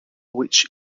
which